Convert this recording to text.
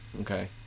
Okay